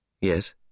Yes